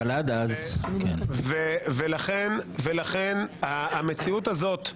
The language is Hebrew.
אבל עד אז --- ולכן המציאות הזאת,